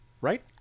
right